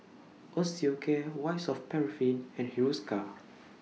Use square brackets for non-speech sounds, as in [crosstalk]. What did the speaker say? Osteocare White Soft Paraffin and [noise] Hiruscar